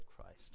Christ